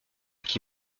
qui